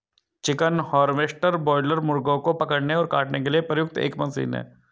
chicken harvester broiler मुर्गों को पकड़ने और काटने के लिए प्रयुक्त एक मशीन है